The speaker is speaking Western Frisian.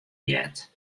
heart